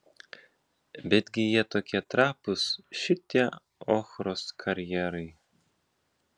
betgi jie tokie trapūs šitie ochros karjerai